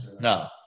No